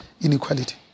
inequality